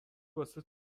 واسه